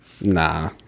Nah